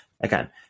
Again